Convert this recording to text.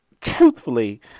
truthfully